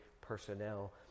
personnel